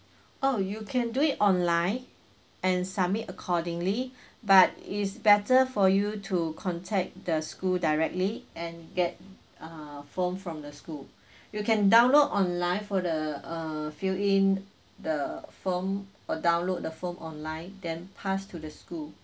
oh you can do it online and submit accordingly but it's better for you to contact the school directly and get ah form from the school you can download online for the uh fill in the form uh download the form online then pass to the school